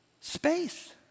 Space